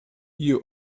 you